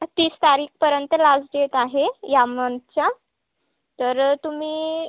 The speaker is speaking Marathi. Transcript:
तीस तारीखपर्यंत लास्ट डेट आहे या मंथच्या तर तुम्ही